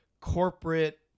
corporate